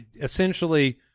essentially